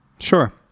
Sure